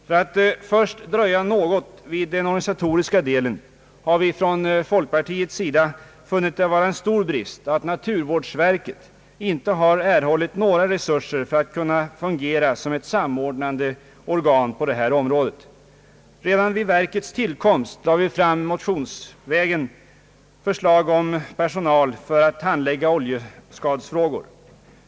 För att först dröja något vid den organisatoriska delen vill jag nämna att vi från folkpartiets sida funnit det vara en stor brist att naturvårdsverket inte har erhållit några resurser för att kunna fungera som ett samordnande organ på detta område. Redan vid verkets tillkomst lade vi motionsvägen fram förslag om personal för att handlägga oljeskadefrågor.